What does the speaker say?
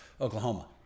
Oklahoma